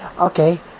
okay